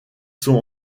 sont